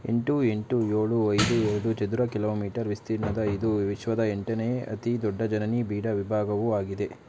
ಎಂಟು ಎಂಟು ಏಳು ಐದು ಐದು ಚದರ ಕಿಲೋಮೀಟರ್ ವಿಸ್ತೀರ್ಣದ ಇದು ವಿಶ್ವದ ಎಂಟನೇ ಅತೀ ದೊಡ್ಡ ಜನನಿಬಿಡ ವಿಭಾಗವೂ ಆಗಿದೆ